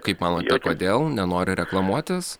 kaip manote kodėl nenori reklamuotis